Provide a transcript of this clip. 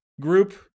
group